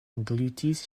englutis